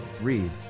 Read